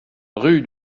rue